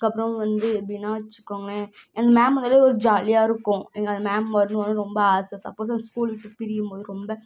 அதுக்கப்புறம் வந்து எப்படின்னா வச்சிக்கோங்களேன் எங்கள் மேம் வந்தாலே ஒரு ஜாலியாக இருக்கும் எங்கள் மேம் வரணும் வரணுன்னு ரொம்ப ஆசை சப்போஸ் அந்த ஸ்கூல் விட்டு பிரியும்போது ரொம்ப